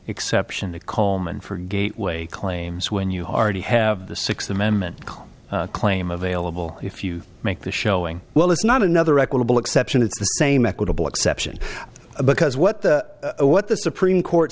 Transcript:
exception to coleman for gateway claims when you already have the sixth amendment claim available if you make the showing well it's not another equitable exception it's the same equitable exception because what the what the supreme court